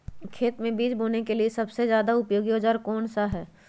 खेत मै बीज बोने के लिए सबसे ज्यादा उपयोगी औजार कौन सा होगा?